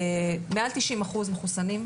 מעל 90% מחוסנים.